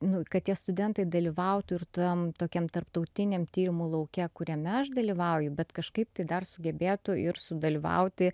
nu kad tie studentai dalyvautų ir tam tokiam tarptautiniam tyrimų lauke kuriame aš dalyvauju bet kažkaip tai dar sugebėtų ir sudalyvauti